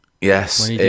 yes